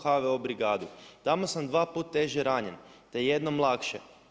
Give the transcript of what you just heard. HVO brigadu, tamo sam dva puta teže ranjen te jednom lakše.